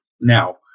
now